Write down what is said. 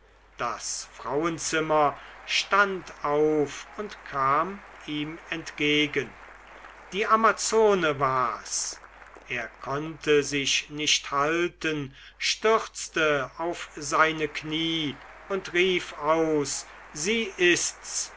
das frauenzimmer stand auf und kam ihm entgegen die amazone war's er konnte sich nicht halten stürzte auf seine knie und rief aus sie ist's